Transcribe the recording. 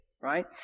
right